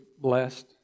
blessed